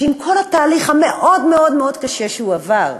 שעם כל התהליך המאוד-מאוד-מאוד קשה שהוא עבר,